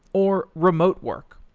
or remote work.